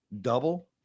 double